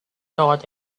thought